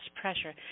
pressure